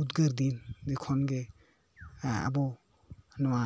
ᱩᱫᱽᱜᱟᱹᱨ ᱫᱤᱱ ᱠᱷᱚᱱᱜᱮ ᱟᱵᱚ ᱱᱚᱣᱟ